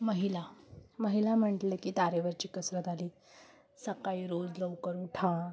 महिला महिला म्हंटलं की तारेवरची कसरत आली सकाळी रोज लवकर उठा